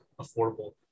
affordable